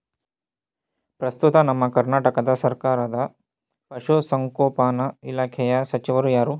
ಪ್ರಸ್ತುತ ನಮ್ಮ ಕರ್ನಾಟಕ ಸರ್ಕಾರದ ಪಶು ಸಂಗೋಪನಾ ಇಲಾಖೆಯ ಸಚಿವರು ಯಾರು?